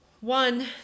one